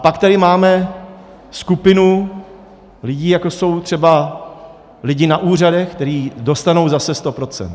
A pak tady máme skupinu lidí, jako jsou třeba lidé na úřadech, kteří dostanou zase 100 %.